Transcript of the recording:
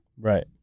Right